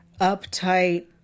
uptight